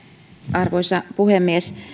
arvoisa puhemies